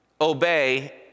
obey